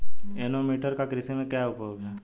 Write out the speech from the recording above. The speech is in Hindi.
एनीमोमीटर का कृषि में क्या उपयोग है?